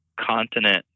continent